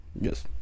yes